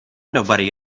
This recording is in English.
nobody